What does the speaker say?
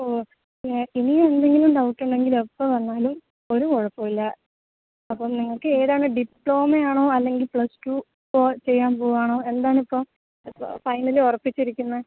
ഓ ഇനിയെന്തെങ്കിലും ഡൗട്ട് ഉണ്ടെങ്കിലെപ്പോൽ വന്നാലും ഒരു കുഴപ്പവുമില്ല അപ്പോൾ നിങ്ങക്കേതാണ് ഡിപ്ലോമയാണോ അല്ലെങ്കിൽ പ്ലസ്ടു ചെയ്യാൻ പോവാണോ എന്താണിപ്പോൾ ഫൈനലി ഉറപ്പിച്ചിരിക്കുന്നത്